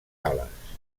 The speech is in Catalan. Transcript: ales